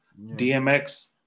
DMX